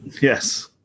Yes